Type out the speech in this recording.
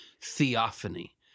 theophany